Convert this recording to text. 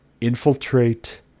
infiltrate